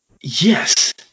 yes